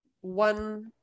one